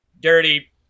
dirty